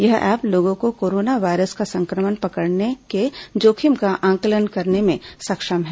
यह ऐप लोगों को कोरोना वायरस का संक्रमण पकड़ने को जोखिम का आंकलन करने में सक्षम है